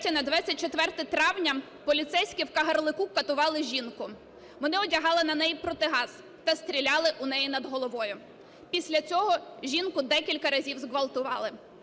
з 23 на 24 травня поліцейські в Кагарлику катували жінку. Вони одягали на неї протигаз та стріляли у неї над головою. Після цього жінку декілька разів зґвалтували.